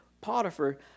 Potiphar